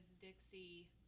Dixie